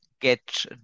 get